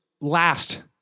last